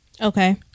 Okay